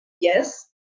Yes